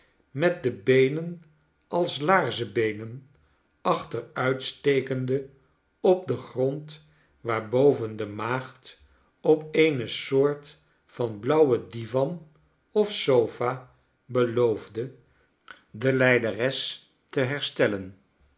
met de beenen als laarzenbeenen achteruitstekende op den grond waarboven de maagd op eene soort van blauwen divan of sofa beloofde de lijderes te herstellen